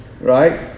right